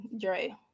dre